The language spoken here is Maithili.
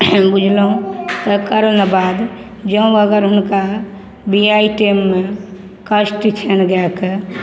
बुझलहुँ तकर ने बाद जँ अगर हुनका बिआइ टाइममे कष्ट छनि गाइके